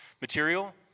material